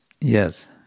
Yes